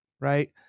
right